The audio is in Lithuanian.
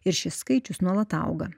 ir šis skaičius nuolat auga